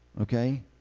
okay